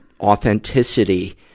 authenticity